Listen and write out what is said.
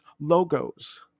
logos